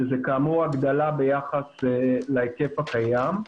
שזאת כאמור הגדלה ביחס להיקף הקיים.